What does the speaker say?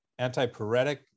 antipyretic